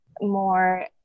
more